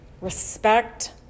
respect